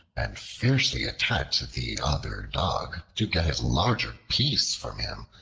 and fiercely attacked the other dog to get his larger piece from him.